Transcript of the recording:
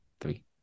three